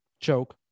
choke